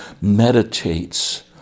meditates